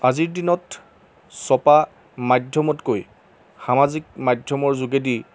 আজিৰ দিনত ছপা মাধ্যমতকৈ সামাজিক মাধ্যমৰ যোগেদি